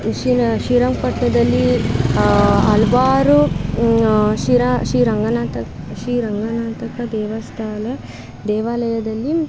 ಶ್ರೀ ಶ್ರೀರಂಗಪಟ್ಣದಲ್ಲಿ ಹಲ್ವಾರು ಶ್ರೀರ ಶ್ರೀ ರಂಗನಾಥ ಶ್ರೀ ರಂಗನಾಥ ದೇವಸ್ಥಾನ ದೇವಾಲಯದಲ್ಲಿ